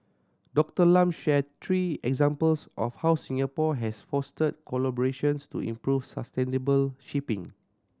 Doctor Lam shared three examples of how Singapore has fostered collaborations to improve sustainable shipping